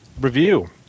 review